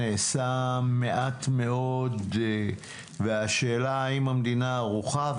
נעשה מעט מאוד והשאלה האם המדינה ערוכה?